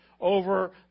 Over